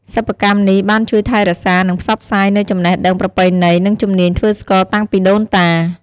សិប្បកម្មនេះបានជួយថែរក្សា និងផ្សព្វផ្សាយនូវចំណេះដឹងប្រពៃណី និងជំនាញធ្វើស្ករតាំងពីដូនតា។